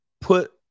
put